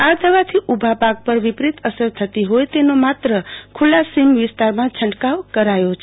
આ દવાથી ઉભા પાક પર વિપરીત અસર થતી હોઈ તેનો માત્ર ખૂલ્લા સીમ વિસ્તારમાં છટકાવ કરાય છે